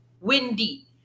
windy